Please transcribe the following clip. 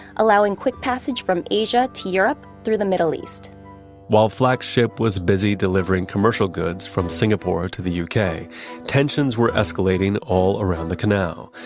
allowing quick passage from asia to europe through the middle east while flack's ship was busy delivering commercial goods from singapore to the uk, tensions were escalating all around the canal.